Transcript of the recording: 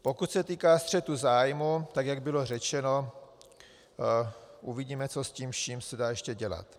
Pokud se týká střetu zájmů, jak bylo řečeno, uvidíme, co s tím vším se dá ještě dělat.